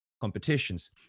Competitions